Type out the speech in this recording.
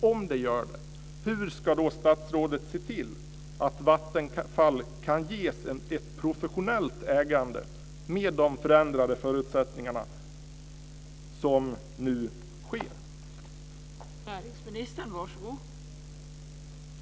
Om det gör det, hur ska då statsrådet se till att Vattenfall kan ges ett professionellt ägande med de förändringar i förutsättningarna som nu sker?